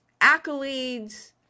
accolades